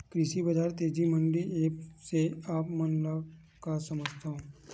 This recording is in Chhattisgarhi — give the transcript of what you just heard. कृषि बजार तेजी मंडी एप्प से आप मन का समझथव?